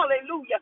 hallelujah